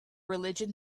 religion